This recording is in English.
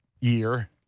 year